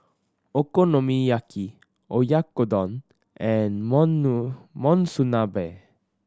Okonomiyaki Oyakodon and Monsunabe